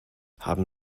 haben